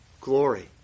glory